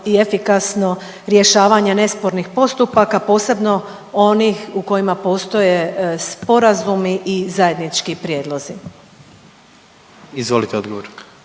i efikasno rješavanje nespornih postupaka posebno onih u kojima postoje sporazumi i zajednički prijedlozi. **Jandroković,